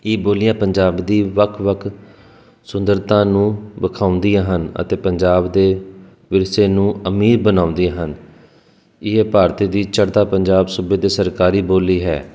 ਇਹ ਬੋਲੀਆ ਪੰਜਾਬ ਦੀ ਵੱਖ ਵੱਖ ਸੁੰਦਰਤਾ ਨੂੰ ਵਿਖਾਉਂਦੀਆਂ ਹਨ ਅਤੇ ਪੰਜਾਬ ਦੇ ਵਿਰਸੇ ਨੂੰ ਅਮੀਰ ਬਣਾਉਂਦੇ ਹਨ ਇਹ ਭਾਰਤੀ ਦੀ ਚੜ੍ਹਦਾ ਪੰਜਾਬ ਸੂਬੇ ਦੇ ਸਰਕਾਰੀ ਬੋਲੀ ਹੈ